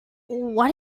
what